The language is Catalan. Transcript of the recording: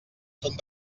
són